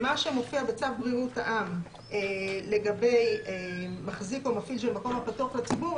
מה שמופיע בצו בריאות העם לגבי מחזיק או מפעיל של מקום הפתוח לציבור,